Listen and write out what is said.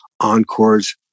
Encores